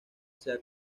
sea